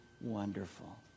wonderful